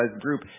group